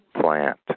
plant